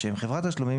שהם חברת תשלומים,